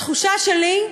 התחושה שלי,